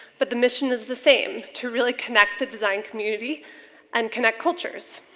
but the mission is the same to really connect the design community and connect cultures.